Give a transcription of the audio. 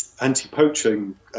anti-poaching